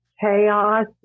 chaos